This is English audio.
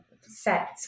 set